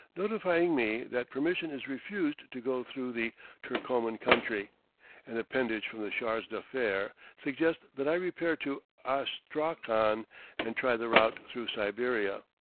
notifying me that permission is refused to go through the turcoman country an appendage from the charge d'affaires suggests that i repair to astrakhan and try the route through siberia.